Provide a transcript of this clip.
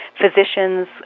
physicians